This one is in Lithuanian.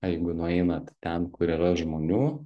jeigu nueinat ten kur yra žmonių